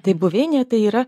tai buveinė tai yra